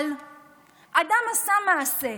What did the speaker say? אבל אדם עשה מעשה,